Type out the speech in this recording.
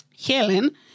Helen